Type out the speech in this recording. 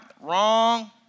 Wrong